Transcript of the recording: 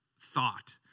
thought